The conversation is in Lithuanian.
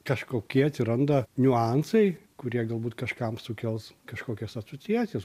kažkokie atsiranda niuansai kurie galbūt kažkam sukels kažkokias asociacijas